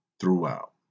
throughout